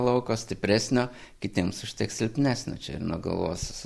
lauko stipresnio kitiems užteks silpnesnio nuo galvos